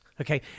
okay